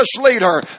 leader